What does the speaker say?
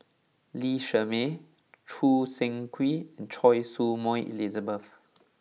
Lee Shermay Choo Seng Quee and Choy Su Moi Elizabeth